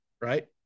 right